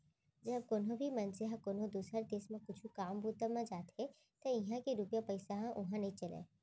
जब कोनो भी मनसे ह कोनो दुसर देस म कुछु काम बूता म जाथे त इहां के रूपिया पइसा ह उहां नइ चलय